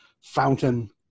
fountain